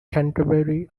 canterbury